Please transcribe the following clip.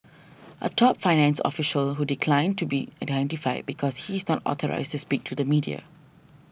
a top finance official who declined to be identified because he is not authorised speak to the media